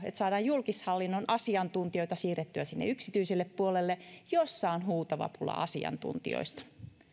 että saadaan julkishallinnon asiantuntijoita siirrettyä yksityiselle puolelle jossa on huutava pula asiantuntijoista